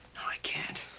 i can't.